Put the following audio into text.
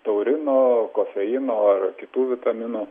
taurino kofeino ar kitų vitaminų